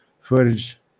footage